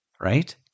right